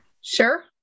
Sure